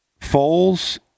Foles